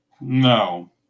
No